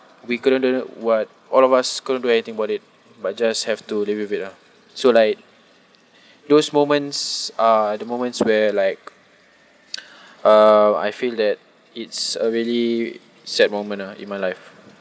we couldn't do any~ what all of us couldn't do anything about it but just have to live with it lah so like those moments are the moments where like um I feel that it's a really sad moment ah in my life